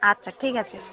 আচ্ছা ঠিক আছে